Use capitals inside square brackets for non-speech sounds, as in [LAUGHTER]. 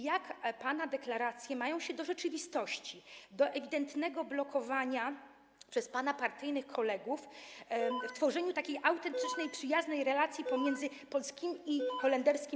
Jak pana deklaracje mają się do rzeczywistości, do ewidentnego blokowania przez pana partyjnych kolegów tworzenia takiej autentycznej, [NOISE] przyjaznej relacji pomiędzy parlamentami polskim i holenderskim?